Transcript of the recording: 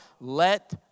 let